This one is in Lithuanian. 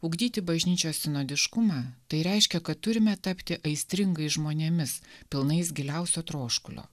ugdyti bažnyčios sinodiškumą tai reiškia kad turime tapti aistringais žmonėmis pilnais giliausio troškulio